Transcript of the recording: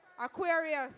Aquarius